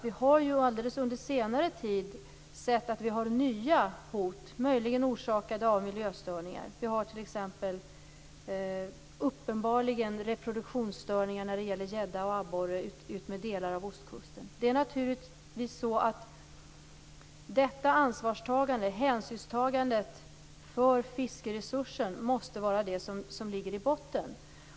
Vi har under senare tid sett nya hot, möjligen orsakade av miljöstörningar. Vi har t.ex. uppenbarligen reproduktionsstörningar när det gäller gädda och abborre utmed delar av ostkusten. Detta ansvarstagande, hänsynstagandet för fiskeresursens del, måste vara det som ligger i botten.